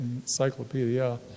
encyclopedia